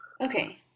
okay